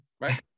right